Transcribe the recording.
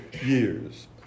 years